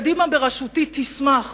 קדימה בראשותי תשמח